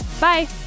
Bye